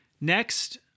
Next